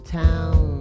town